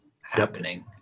happening